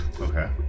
Okay